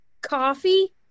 coffee